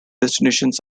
destinations